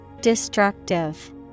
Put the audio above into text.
destructive